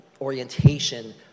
orientation